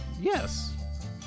Yes